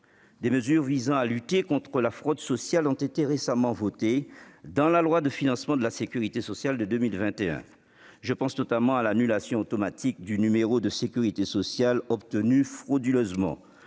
Des mesures visant à lutter contre la fraude sociale ont été récemment votées dans la loi de financement de la sécurité sociale pour 2021. Je pense notamment à l'annulation automatique du numéro de sécurité sociale obtenu frauduleusement,